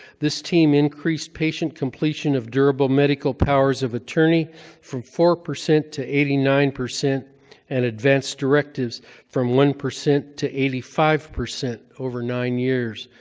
this team increased patient completion of durable medical powers of attorney from four percent to eighty nine, and advanced directives from one percent to eighty five percent over nine years.